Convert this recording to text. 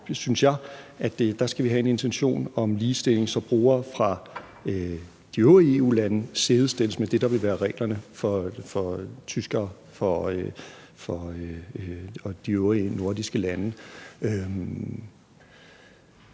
Der synes jeg, at vi skal en intention om ligestilling, så reglerne for borgere fra de øvrige EU-lande sidestilles med det, der vil være reglerne for tyskere og for borgere fra de øvrige nordiske lande.